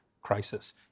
crisis